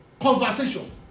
conversation